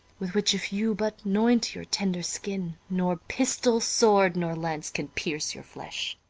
with which if you but noint your tender skin, nor pistol, sword, nor lance, can pierce your flesh.